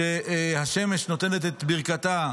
כשהשמש נותנת את ברכתה